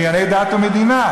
בענייני דת ומדינה.